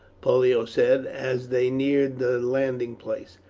pollio said as they neared the landing place.